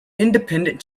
independent